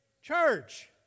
Church